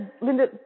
Linda